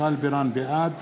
בעד